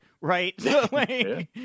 right